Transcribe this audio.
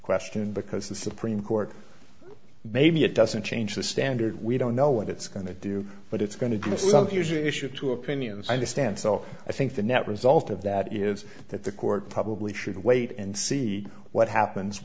question because the supreme court maybe it doesn't change the standard we don't know what it's going to do but it's going to do something usually issued two opinions i understand so i think the net result of that is that the court probably should wait and see what happens